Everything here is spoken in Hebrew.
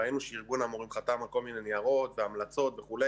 ראינו שארגון המורים חתם על כל מיני ניירות והמלצות וכו'.